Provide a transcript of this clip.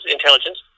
Intelligence